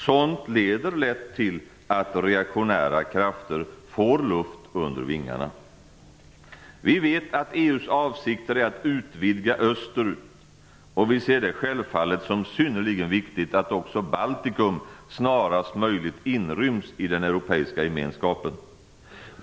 Sådant leder lätt till att reaktionära krafter får luft under vingarna. Vi vet att EU:s avsikter är att utvidga österut, och vi ser det självfallet som synnerligen viktigt att också Baltikum snarast möjligt inryms i den europeiska gemenskapen.